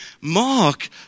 Mark